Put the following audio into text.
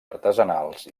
artesanals